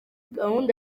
gahunda